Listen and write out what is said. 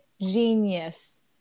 genius